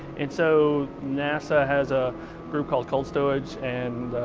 and so nasa has a group called cold stowage and,